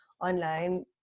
online